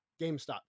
gamestop